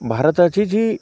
भारताची जी